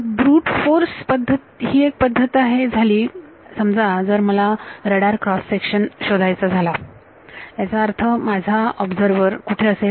brute force पद्धत ही एक पद्धत झाली समजा जर मला रडार क्रॉस सेक्शन शोधायचा झाला याचा अर्थ माझा निरीक्षक कुठे असेल